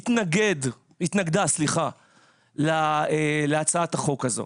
התנגדה להצעת החוק הזו